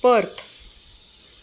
Perth